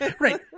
Right